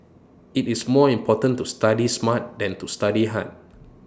IT is more important to study smart than to study hard